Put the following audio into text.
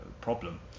problem